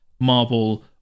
marble